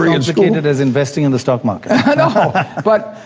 educated. as investing in the stock market and but